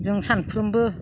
जों सानफ्रोमबो